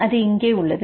அது இங்கே உள்ளது